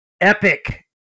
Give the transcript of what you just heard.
epic